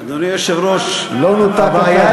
אדוני היושב-ראש, לא נותק הכבל.